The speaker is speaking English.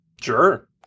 Sure